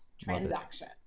transaction